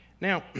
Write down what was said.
Now